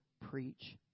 preach